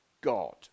God